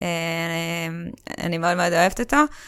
אני מאוד מאוד אוהבת אותו.